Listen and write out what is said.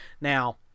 Now